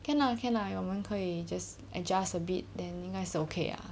can lah can lah 我们可以 just adjust a bit then 应该是 okay liao